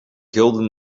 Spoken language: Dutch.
gulden